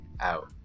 out